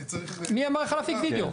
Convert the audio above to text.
אני צריך --- מי אמר לך להפיק וידאו?